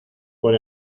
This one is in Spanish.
por